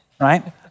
right